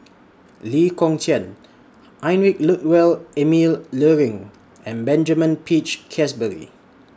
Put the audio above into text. Lee Kong Chian Heinrich Ludwig Emil Luering and Benjamin Peach Keasberry